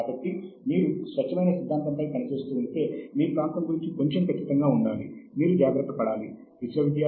కానీ ప్రారంభంలోనే చేస్తే ఇది మంచి ఫలితాలను ఇస్తుంది